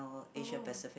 oh